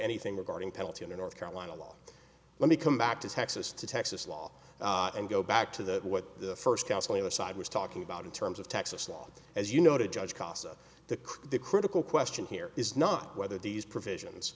anything regarding penalty or north carolina law let me come back to texas to texas law and go back to the what the first counselor side was talking about in terms of texas law as you noted judge casa the the critical question here is not whether these provisions